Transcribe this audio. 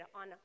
on